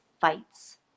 fights